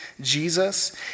Jesus